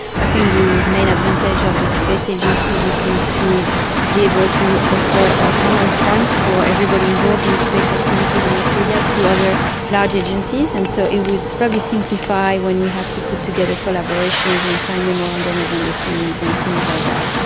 i think the main advantage of a space agency would be to be able to offer a common front for everybody involved in space activities in australia to other large agencies, and so it would probably simplify when we have to put together collaborations and sign memorandums of understanding so and things like that.